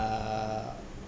uh